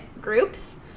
groups